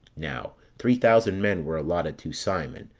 now three thousand men were allotted to simon,